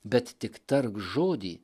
bet tik tark žodį